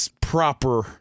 proper